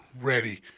Ready